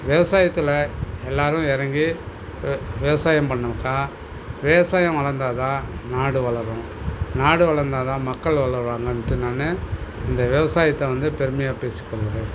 விவசாயத்தில் எல்லாரும் இறங்கி வி விவசாயம் பண்ணாக்கா விவசாயம் வளந்தா தான் நாடு வளரும் நாடு வளந்தா தான் மக்கள் வளருவாங்கன்ட்டு நானு இந்த விவசாயத்தை வந்து பெருமையாக பேசிக் கொள்கிறேன்